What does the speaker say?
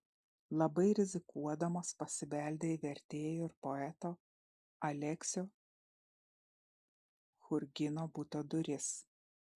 labai rizikuodamos pasibeldė į vertėjo ir poeto aleksio churgino buto duris